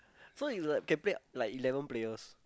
so it's like can play like eleven players